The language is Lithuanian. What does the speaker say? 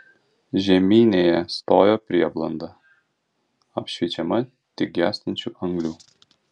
žeminėje stojo prieblanda apšviečiama tik gęstančių anglių